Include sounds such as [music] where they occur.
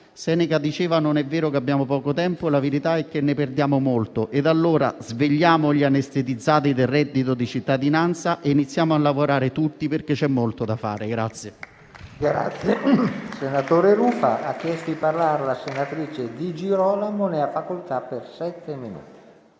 Seneca diceva che non è vero che abbiamo poco tempo: la verità è che ne perdiamo molto. Ed allora svegliamo gli anestetizzati del reddito di cittadinanza e iniziamo a lavorare tutti, perché c'è molto da fare. [applause] PRESIDENTE. È iscritta a parlare la senatrice Di Girolamo. Ne ha facoltà.